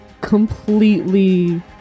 completely